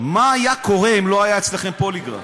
מה היה קורה אם לא היה אצלכם פוליגרף?